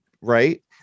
right